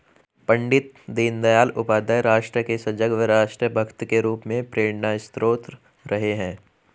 पण्डित दीनदयाल उपाध्याय राष्ट्र के सजग व राष्ट्र भक्त के रूप में प्रेरणास्त्रोत रहे हैं